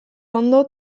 ondo